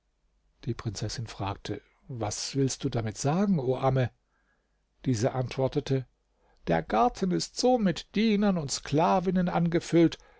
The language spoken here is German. die prinzessin fragte was willst du damit sagen o amme diese antwortete der garten ist so mit dienern und sklavinnen angefüllt